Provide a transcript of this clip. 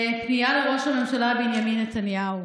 פנייה לראש הממשלה בנימין נתניהו: